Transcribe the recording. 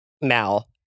Mal